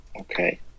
Okay